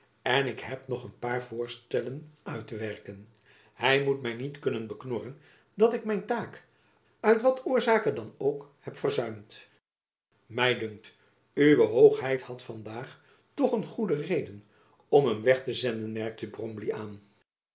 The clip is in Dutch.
en ik heb nog een paar voorstellen uit te werken hy moet my niet kunnen beknorren dat ik mijn taak uit wat oorzake dan ook heb verzuimd my dunkt uwe hoogheid had van daag toch een goede reden om hem weg te zenden merkte bromley aan